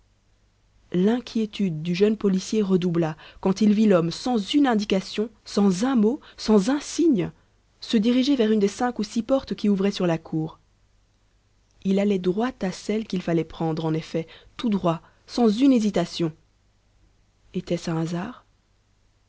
l'inquiétude du jeune policier redoubla quand il vit l'homme sans une indication sans un mot sans un signe se diriger vers une des cinq ou six portes qui ouvraient sur la cour il allait droit à celle qu'il fallait prendre en effet tout droit sans une hésitation était-ce un hasard